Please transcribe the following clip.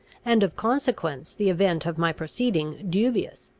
and of consequence the event of my proceeding dubious.